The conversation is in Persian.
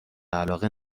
علاقه